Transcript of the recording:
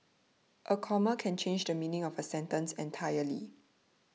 a comma can change the meaning of a sentence entirely